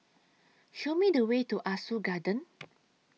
Show Me The Way to Ah Soo Garden